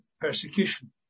persecution